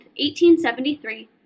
1873